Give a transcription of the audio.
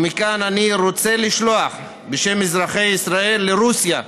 ומכאן אני רוצה לשלוח בשם אזרחי ישראל לרוסיה,